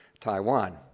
Taiwan